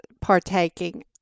partaking